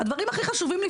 הדברים הכי חשובים,